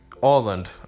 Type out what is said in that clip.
orland